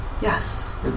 Yes